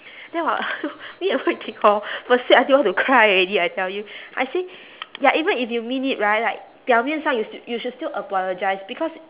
then hor me and hui ting hor will sad until want to cry already I tell you I say ya even if you mean it right like 表面上 you st~ you should still apologise because